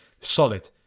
solid